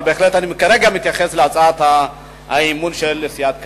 אבל בהחלט כרגע אני מתייחס להצעת האי-אמון של סיעת קדימה.